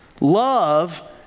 Love